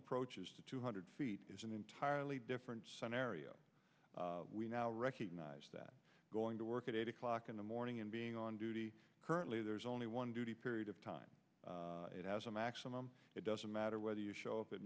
approaches two hundred feet is an entirely different scenario we now recognize that going to work at eight o'clock in the morning and being on duty currently there's only one duty period of time it has a maximum it doesn't matter whether you show up at